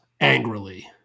angrily